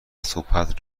صحبت